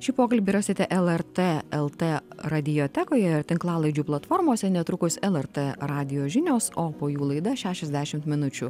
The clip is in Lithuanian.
šį pokalbį rasite lrt lt radiotekoje ir tinklalaidžių platformose netrukus lrt radijo žinios o po jų laida šešiasdešimt minučių